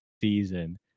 season